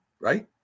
right